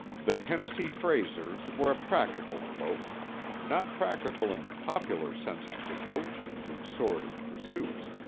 the tennessee fraysers were a practical folk not practical in the popular sense of devotion to sordid pursuits,